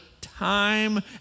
time